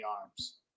arms